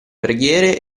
preghiere